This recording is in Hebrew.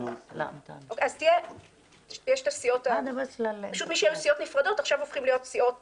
מי שהיו סיעות נפרדות עכשיו הופכות להיות סיעות